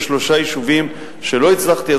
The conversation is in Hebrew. ושלושה יישובים שלא הצלחתי,